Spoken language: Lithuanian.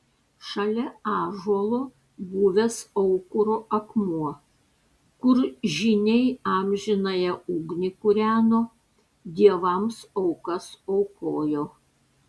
šalia ąžuolo buvęs aukuro akmuo kur žyniai amžinąją ugnį kūreno dievams aukas aukojo